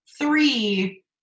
Three